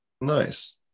Nice